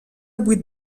vuit